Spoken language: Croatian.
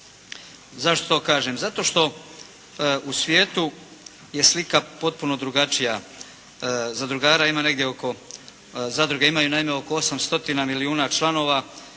Zašto to kažem? Zato što u svijetu je slika potpuno drugačija. Zadruga imaju naime oko 8 stotina milijuna članova